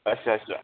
अच्छा अच्छा